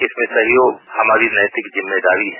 इसमें सहयोग हमारी नैतिक जिम्मेदारी है